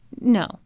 No